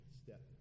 step